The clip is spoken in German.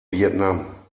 vietnam